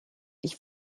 ich